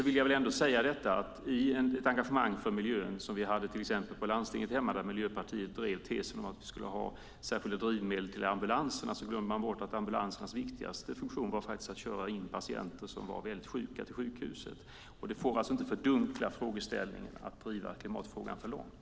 I sitt engagemang för miljön drev i mitt landsting Miljöpartiet tesen om att ha särskilda drivmedel till ambulanserna, men de glömde bort att ambulansernas viktigaste funktion är att köra sjuka patienter till sjukhuset. Engagemanget får inte fördunklas genom att klimatfrågan drivs för långt.